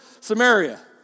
Samaria